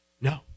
No